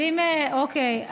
אוקיי,